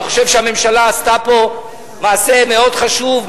אני חושב שהממשלה עשתה פה מעשה מאוד חשוב,